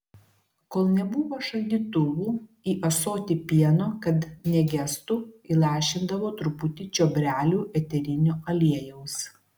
kol nebuvo šaldytuvų į ąsotį pieno kad negestų įlašindavo truputį čiobrelių eterinio aliejaus